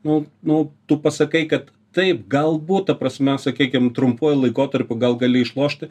nu nu tu pasakai kad taip galbūt ta prasme sakykim trumpuoju laikotarpiu gal gali išlošti